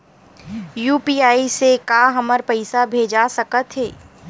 UPI से का हमर पईसा भेजा सकत हे?